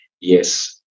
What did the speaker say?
yes